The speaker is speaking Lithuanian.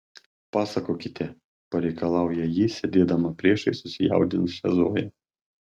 pasakokite pareikalauja ji sėdėdama priešais susijaudinusią zoją